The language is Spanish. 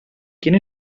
quién